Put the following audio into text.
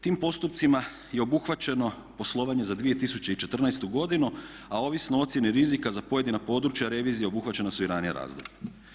Tim postupcima je obuhvaćeno poslovanje za 2014. godinu, a ovisno o ocjeni rizika za pojedina područja revizije obuhvaćena su i ranija razdoblja.